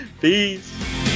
Peace